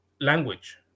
language